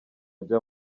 ajya